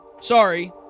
sorry